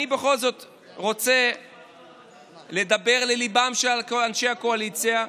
אני בכל זאת רוצה לדבר לליבם של כל אנשי הקואליציה.